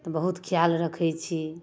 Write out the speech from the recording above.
तऽ बहुत ख्याल रखै छी